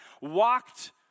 walked